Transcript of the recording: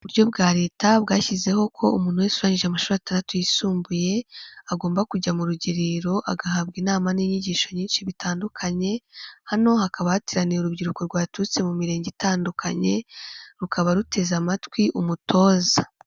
Uburyo bwa leta bwashyizeho ko umuntu wese urangije amashuri ataratu yisumbuye agomba kujya mu rugerero agahabwa inama n'inyigisho nyinshi bitandukanye, hano hakaba hateraniye urubyiruko rwaturutse mu mirenge itandukanye rukaba ruteze amatwi umutoza.